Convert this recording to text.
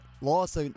loss